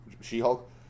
She-Hulk